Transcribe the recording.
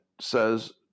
says